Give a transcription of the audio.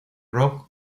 rock